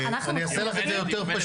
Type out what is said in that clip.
אני אעשה לא את זה יותר פשוט,